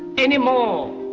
anymore,